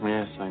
Yes